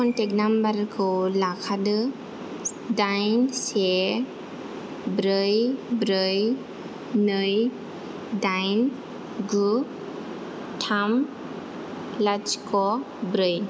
contact नाम्बारखौ लाखादो दाइन से ब्रै ब्रै नै दाइन गु थाम लाथिख' ब्रै